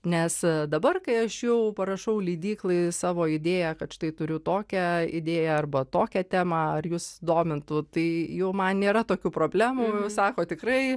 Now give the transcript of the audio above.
nes dabar kai aš jau parašau leidyklai savo idėją kad štai turiu tokią idėją arba tokią temą ar jus domintų tai jau man nėra tokių problemų sako tikrai